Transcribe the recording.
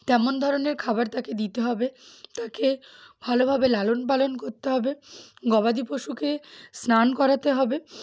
তেমন ধরনের খাবার তাকে দিতে হবে তাকে ভালোভাবে লালন পালন করতে হবে গবাদি পশুকে স্নান করাতে হবে